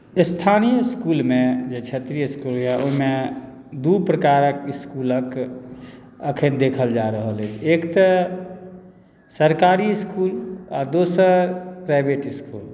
स्थानीय इस्कुलमे जे क्षेत्रीय इस्कुल यए ओहिमे दू प्रकारक स्कूलक एखन देखल जा रहल अछि एक तऽ सरकारी इस्कुल आ दोसर प्राइवेट इस्कुल